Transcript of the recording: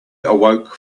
awoke